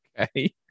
Okay